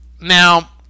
now